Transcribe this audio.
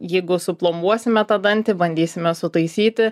jeigu suplombuosime tą dantį bandysime sutaisyti